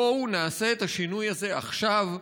בואו נעשה את השינוי הזה עכשיו,